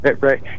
right